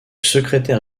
secrétaire